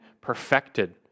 perfected